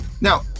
Now